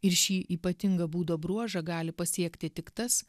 ir šį ypatingą būdo bruožą gali pasiekti tik tas